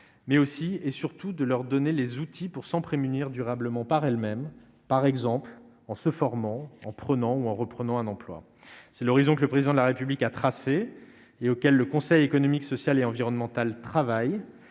mais aussi et surtout de leur donner les outils pour s'en prémunir durablement par elle-même, par exemple, ou en se formant, en prenant, ou en reprenant un emploi, c'est l'horizon que le président de la République a tracé et auquel le Conseil économique, social et environnemental travaille